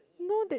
no that